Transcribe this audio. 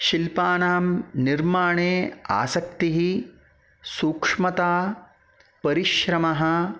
शिल्पानां निर्माणे आसक्तिः सूक्ष्मता परिश्रमः